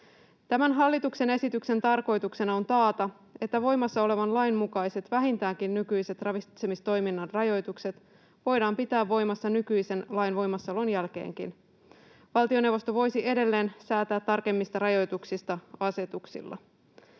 Tämän hallituksen esityksen tarkoituksena on taata, että voimassa olevan lain mukaiset vähintäänkin nykyiset ravitsemistoiminnan rajoitukset voidaan pitää voimassa nykyisen lain voimassaolon jälkeenkin. Valtioneuvosto voisi edelleen säätää tarkemmista rajoituksista asetuksilla.